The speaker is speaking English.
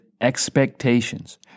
expectations